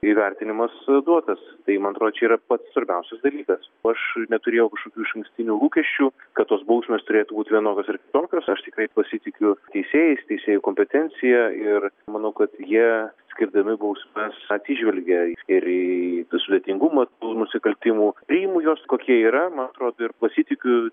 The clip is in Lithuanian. įvertinimas duotas tai man atrodo čia yra pats svarbiausias dalykas aš neturėjau kažkokių išankstinių lūkesčių kad tos bausmės turėtų būt vienokios ar kitokios aš tikrai pasitikiu teisėjais teisėjų kompetencija ir manau kad jie skirdami bausmes atsižvelgia ir į sudėtingumą tų nusikaltimų priimu juos kokie yra man atrodo ir pasitikiu